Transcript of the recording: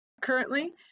currently